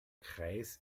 kreis